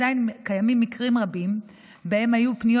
עדיין קיימים מקרים רבים שבהם היו פניות